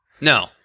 No